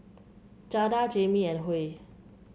Jada Jamie and Huey